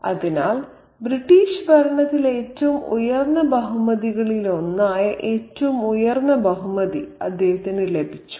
അതിനാൽ ബ്രിട്ടീഷ് ഭരണത്തിലെ ഏറ്റവും ഉയർന്ന ബഹുമതികളിലൊന്നായ ഏറ്റവും ഉയർന്ന ബഹുമതി അദ്ദേഹത്തിന് ലഭിച്ചു